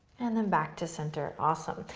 and then back to center, awesome.